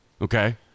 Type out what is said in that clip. Okay